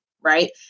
right